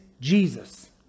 Jesus